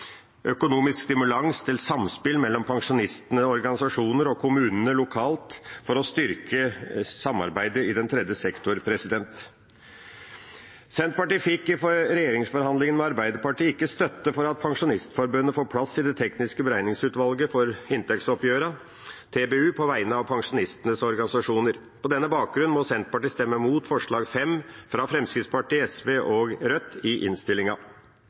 økonomisk stimulans til samspill mellom pensjonistene, organisasjoner og kommunene lokalt for å styrke samarbeidet i den tredje sektor. Senterpartiet fikk i regjeringsforhandlingene med Arbeiderpartiet ikke støtte for at Pensjonistforbundet skal få plass i det tekniske beregningsutvalget for inntektsoppgjøret, TBU, på vegne av pensjonistenes organisasjoner. På denne bakgrunn må Senterpartiet stemme imot forslag nr. 5, fra Fremskrittspartiet, SV og Rødt, i innstillinga.